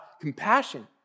compassion